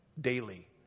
daily